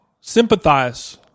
sympathize